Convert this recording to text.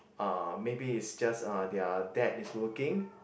uh maybe it's just uh their dad is working